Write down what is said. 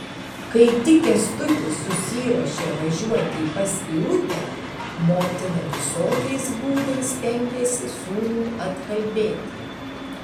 kai tik kęstutis susiruošė važiuoti pas irutę motina visokiais būdais stengėsi sūnų atkalbėti